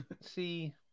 see